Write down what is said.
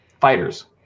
fighters